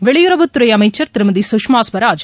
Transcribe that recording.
வெளியுறவுத்துறைஅமைச்சர் Thirumathi Sushma Swaraj